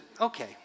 okay